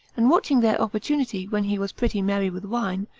and watching their opportunity when he was pretty merry with wine,